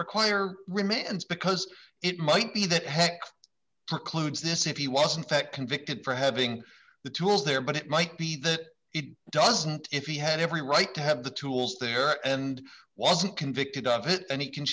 remands because it might be that heck occludes this if he wasn't fact convicted for having the tools there but it might be that he doesn't if he had every right to have the tools there and wasn't convicted of it and he can